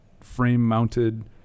frame-mounted